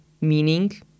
meaning